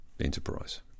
enterprise